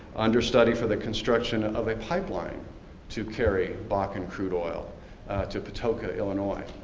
under study for the construction of a pipeline to carry bakken crude oil to patoka, illinois.